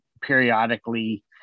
periodically